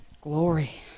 Glory